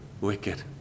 wicked